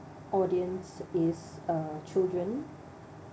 audience is uh children